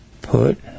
put